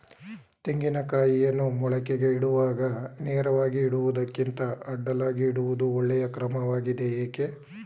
ತೆಂಗಿನ ಕಾಯಿಯನ್ನು ಮೊಳಕೆಗೆ ಇಡುವಾಗ ನೇರವಾಗಿ ಇಡುವುದಕ್ಕಿಂತ ಅಡ್ಡಲಾಗಿ ಇಡುವುದು ಒಳ್ಳೆಯ ಕ್ರಮವಾಗಿದೆ ಏಕೆ?